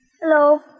hello